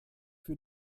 für